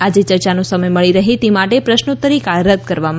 આજે ચર્ચાનો સમય મળી રહે તે માટે પ્રશ્નોત્તરી કાળ રદ કરવામાં આવ્યો છે